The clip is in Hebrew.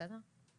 בסדר.